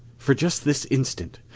for just this instant,